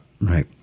Right